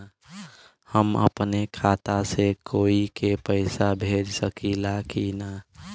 हम अपने खाता से कोई के पैसा भेज सकी ला की ना?